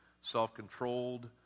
self-controlled